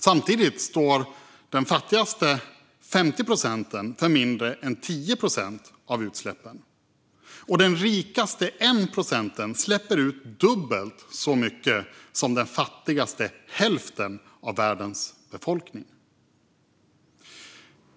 Samtidigt står de fattigaste 50 procenten för mindre än 10 procent av utsläppen. Den rikaste procenten släpper ut dubbelt så mycket som den fattigaste hälften av världens befolkning.